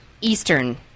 eastern